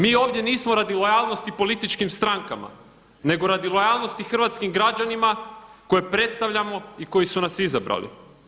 Mi ovdje nismo radi lojalnosti političkim strankama, nego radi lojalnosti hrvatskim građanima koje predstavljamo i koji su nas izabrali.